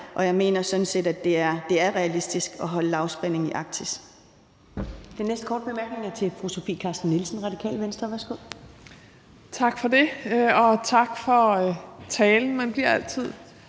Og jeg mener faktisk, at det er realistisk at holde lavspænding i Arktis.